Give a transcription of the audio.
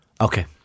okay